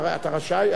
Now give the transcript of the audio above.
אתה רשאי,